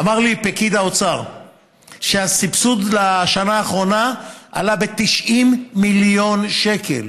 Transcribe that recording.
אמר לי פקיד האוצר שהסבסוד לשנה האחרונה עלה ב-90 מיליון שקל.